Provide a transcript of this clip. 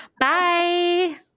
Bye